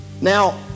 Now